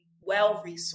well-resourced